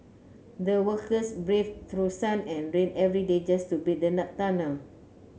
the workers braved through sun and rain every day just to build the tunnel